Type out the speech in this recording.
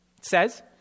says